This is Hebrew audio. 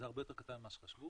זה הרבה יותר קטן ממה שחשבו,